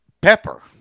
Pepper